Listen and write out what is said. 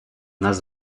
нас